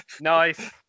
Nice